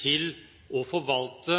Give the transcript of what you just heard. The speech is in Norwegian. til å forvalte